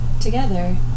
Together